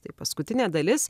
tai paskutinė dalis